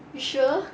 you sure